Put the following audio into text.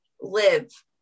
live